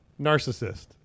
narcissist